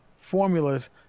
formulas